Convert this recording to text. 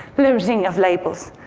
losing of labels,